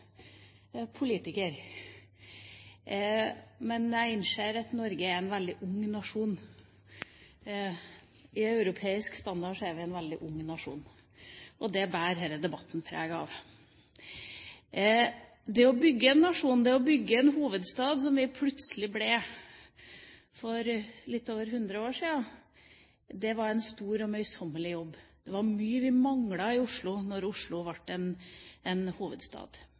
politiker. Men jeg innser at Norge er en veldig ung nasjon. Etter europeisk standard er vi en veldig ung nasjon, og det bærer denne debatten preg av. Det å bygge en nasjon, det å bygge en hovedstad, som vi plutselig ble for litt over 100 år siden, var en stor og møysommelig jobb. Det var mye vi manglet i Oslo da Oslo ble en hovedstad.